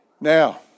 Now